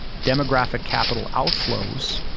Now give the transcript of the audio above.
demographic capital outflows,